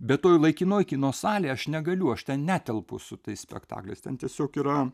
bet toj laikinoj kino salėj aš negaliu aš ten netelpu su tais spektakliais ten tiesiog yra